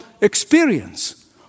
experience